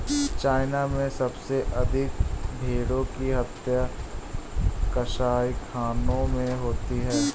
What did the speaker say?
China में सबसे अधिक भेंड़ों की हत्या कसाईखानों में होती है